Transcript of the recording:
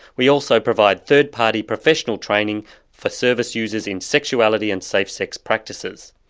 we also provide third party professional training for service users in sexuality and safe sex practices.